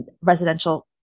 residential